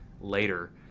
later